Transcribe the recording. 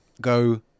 go